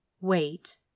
Wait